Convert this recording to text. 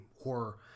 horror